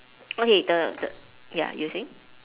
okay the the ya you were saying